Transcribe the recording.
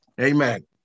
Amen